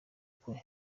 kwe